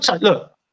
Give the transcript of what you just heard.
look